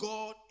God